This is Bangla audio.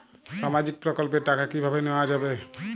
সামাজিক প্রকল্পের টাকা কিভাবে নেওয়া যাবে?